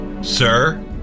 Sir